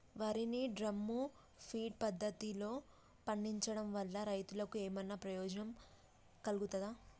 వరి ని drum feed పద్ధతిలో పండించడం వల్ల రైతులకు ఏమన్నా ప్రయోజనం కలుగుతదా?